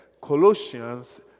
Colossians